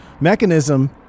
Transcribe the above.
mechanism